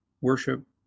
worship